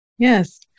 Yes